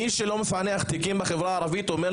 מי שלא מפענח תיקים בחברה הערבית אומרת